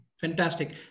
Fantastic